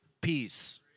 peace